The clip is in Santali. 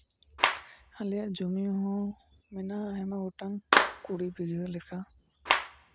ᱟᱞᱮᱭᱟᱜ ᱡᱚᱢᱤ ᱦᱚᱸ ᱢᱮᱱᱟᱜᱼᱟ ᱟᱭᱢᱟ ᱜᱚᱴᱟᱝ ᱠᱩᱲᱤ ᱵᱤᱜᱷᱟᱹ ᱞᱮᱠᱟ